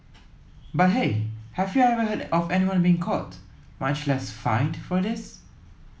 but hey have you ever heard of anyone being caught much less fined for this